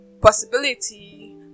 possibility